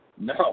No